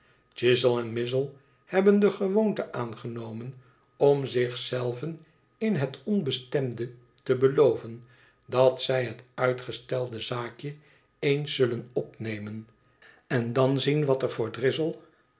ghizzle en mizzle hebben de gewoonte aangenomen om zich zelven in het onbestemde te beloven dat zij dat uitgestelde zaakje eens zullen opnemen en zien wat er voor